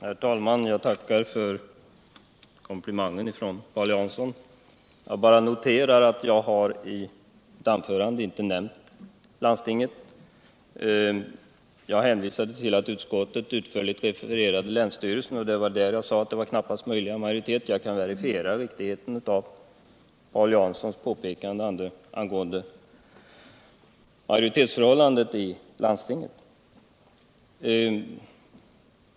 Herr talman! Jag tackar för komplimangen från Paul Jansson. Jag bara noterar att jag i mitt anförande inte nämnde landstinget. Jag hänvisade till att utskottet utförligt refererat frågans behandling i länsstyrelsen, och det var där jag sade att det var knappaste möjliga majoritet. Jag kan verifiera riktigheten av Paul Janssons påpekande angående majoritetsförhållandet i landstinget.